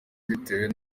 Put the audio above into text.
bitewe